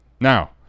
Now